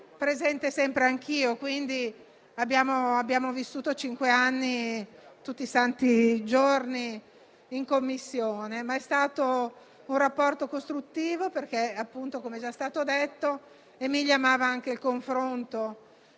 presente sempre anch'io: abbiamo vissuto cinque anni insieme, tutti i santi giorni, in Commissione. È stato un rapporto costruttivo perché, come è già stato detto, Emilia amava anche il confronto